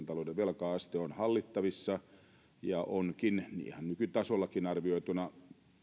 talouden velka aste on hallittavissa ja onkin ihan nykytasollakin arvioituna